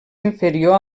inferior